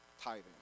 tithing